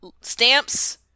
Stamps